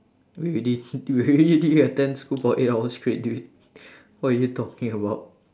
I mean you did you already did attend school for eight hours straight dude what are you talking about